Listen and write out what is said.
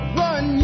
run